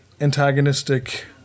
antagonistic